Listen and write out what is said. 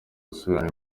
gusubirana